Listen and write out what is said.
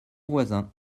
voisin